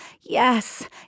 yes